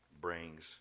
brings